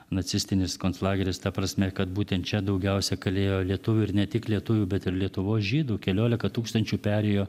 nacistinis konclageris ta prasme kad būtent čia daugiausia kalėjo lietuvių ir ne tik lietuvių bet ir lietuvos žydų keliolika tūkstančių perėjo